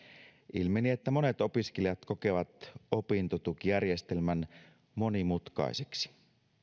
ilmeni että monet opiskelijat kokevat opintotukijärjestelmän monimutkaiseksi